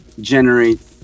generate